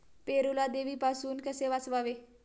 पेरूला देवीपासून कसे वाचवावे?